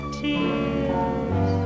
tears